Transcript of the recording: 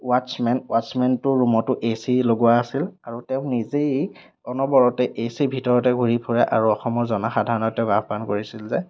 watchmen ৱাটছমেনটোৰ ৰুমতো A C লগোৱা আছিল আৰু তেওঁ নিজেই অনবৰতে এচিৰ ভিতৰতে ঘূৰি ফুৰে আৰু অসমৰ জনসাধাৰণক তেওঁ আহ্বান কৰিছিল যে